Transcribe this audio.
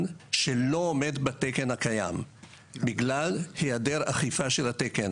שלא עומד בתקן הקיים בגלל היעדר אכיפה של התקן,